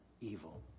evil